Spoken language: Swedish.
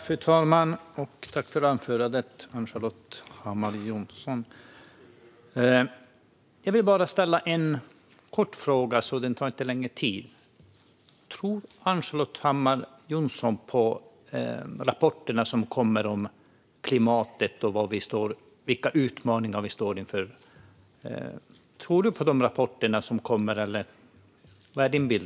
Fru talman! Tack för ditt anförande, Ann-Charlotte Hammar Johnsson! Jag vill bara ställa en kort fråga så att den inte tar upp någon längre tid: Tror du på rapporterna som kommer om klimatet och vilka utmaningar vi står inför? Tror du på dem, eller vad är din bild?